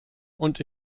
und